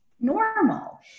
normal